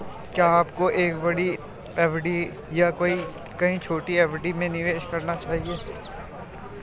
क्या आपको एक बड़ी एफ.डी या कई छोटी एफ.डी में निवेश करना चाहिए?